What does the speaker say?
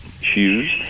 shoes